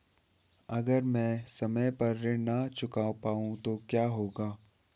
अगर म ैं समय पर ऋण न चुका पाउँ तो क्या होगा?